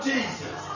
Jesus